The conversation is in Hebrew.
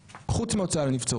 ראש ממשלה עם כתבי אישום ומשפט